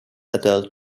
adult